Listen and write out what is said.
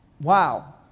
Wow